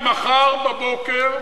מחר בבוקר,